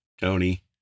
tony